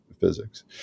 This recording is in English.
physics